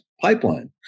pipeline